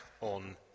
on